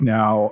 now